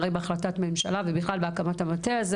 הרי בהחלטת ממשלה ובכלל בהקמת המטה הזה